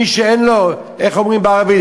מי שאין לו, איך אומרים בערבית?